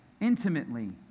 intimately